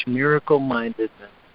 miracle-mindedness